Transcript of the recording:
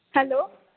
hello